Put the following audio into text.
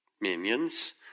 minions